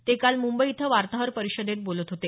ते काल मुंबई इथं वार्ताहर परिषदेत बोलत होते